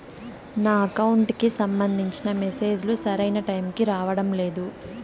నా అకౌంట్ కి సంబంధించిన మెసేజ్ లు సరైన టైముకి రావడం లేదు